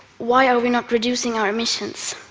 why are we not reducing our emissions?